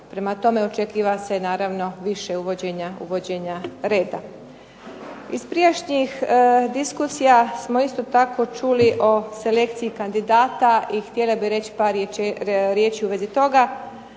prema tome očekuje se naravno više uvođenja reda. Iz prijašnjih diskusija smo isto tako čuli o selekciji kandidata i htjela bih reći par riječi u vezi toga.